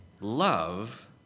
love